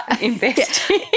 investing